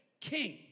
king